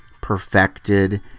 perfected